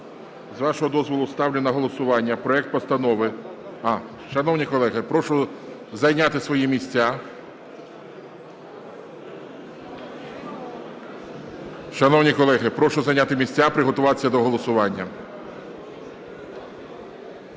з вашого дозволу ставлю на голосування проект Постанови… Шановні колеги, прошу зайняти свої місця. Шановні колеги, прошу зайняти місця і приготуватися до голосування.